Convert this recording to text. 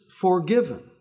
forgiven